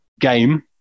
game